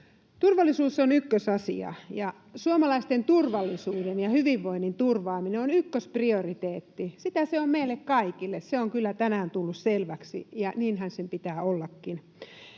Turvallisuus on ykkösasia, ja suomalaisten turvallisuuden ja hyvinvoinnin turvaaminen on ykkösprioriteetti. Sitä se on meille kaikille. Se on kyllä tänään tullut selväksi, ja niinhän sen pitää ollakin.